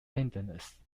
tenderness